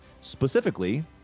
specifically